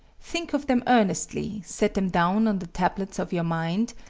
think of them earnestly, set them down on the tablets of your mind,